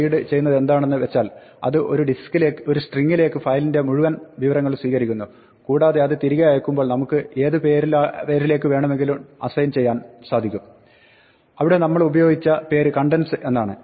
read ചെയ്യുന്നതെന്താണെന്ന് വെച്ചാൽ അത് ഒരു സ്ട്രിങ്ങിലേക്ക് ഫയലിന്റെ മുഴുവൻ വിവരങ്ങളും സ്വീകരിക്കുന്നു കൂടാതെ അത് തിരികെ അയക്കുമ്പോൾ നമുക്ക് ഏത് പേരിലേക്ക് വേണമെങ്കിലും അസൈൻ ചെയ്യാാൻ സാധിക്കും ഇവിടെ നമ്മൾ ഉപയോഗിച്ച പേര് contents എന്നാണ്